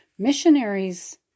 Missionaries